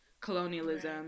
colonialism